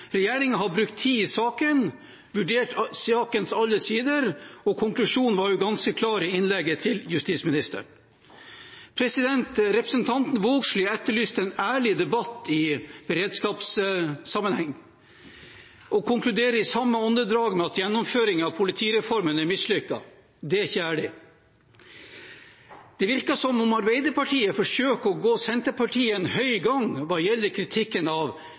har brukt tid i saken, vurdert sakens alle sider, og konklusjonen var ganske klar i justisministerens innlegg. Representanten Vågslid etterlyste en ærlig debatt i beredskapssammenheng, og konkluderer i samme åndedrag med at gjennomføringen av politireformen er mislykket. Det er ikke ærlig. Det virker som om Arbeiderpartiet forsøker å gå Senterpartiet en høy gang hva gjelder kritikken av